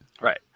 Right